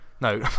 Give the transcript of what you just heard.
No